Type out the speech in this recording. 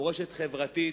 מורשת חברתית